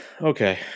Okay